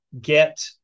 get